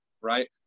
right